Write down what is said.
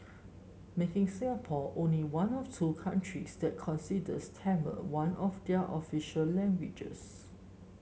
making Singapore only one of two countries that considers Tamil one of their official languages